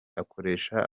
akoresha